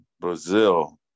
Brazil